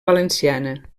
valenciana